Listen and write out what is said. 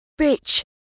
bitch